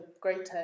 greater